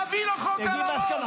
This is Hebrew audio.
נביא לו חוק על הראש.